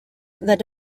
that